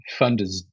funders